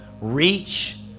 reach